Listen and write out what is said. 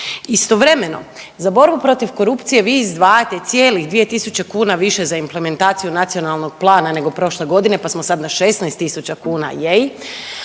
Istovremeno, za borbu protiv korupcije vi izdvajate cijelih 2.000 kuna više za implementaciju nacionalnog plana nego prošle godine, pa smo sad na 16.000 kuna